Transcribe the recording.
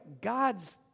God's